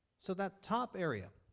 so that top area,